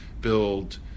build